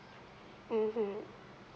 mmhmm